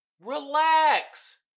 Relax